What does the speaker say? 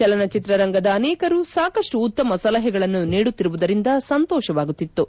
ಚಲನಚಿತ್ರರಂಗದ ಅನೇಕರು ಸಾಕಷ್ಟು ಉತ್ತಮ ಸಲಹೆಗಳನ್ನು ನೀಡುತ್ತಿರುವುದರಿಂದ ಸಂತೋಷವಾಗುತ್ತಿದ್ದು